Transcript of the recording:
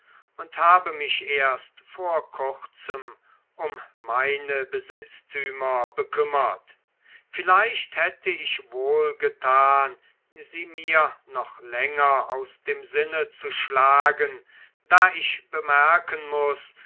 und habe mich erst vor kurzem um meine besitztümer bekümmert vielleicht hätte ich wohl getan sie mir noch länger aus dem sinne zu schlagen da ich bemerken muß